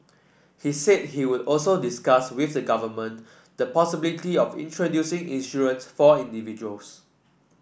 he said he would also discuss with the government the possibility of introducing in